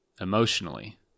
emotionally